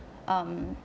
um